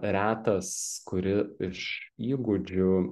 retas kuri iš įgūdžių